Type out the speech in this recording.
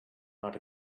not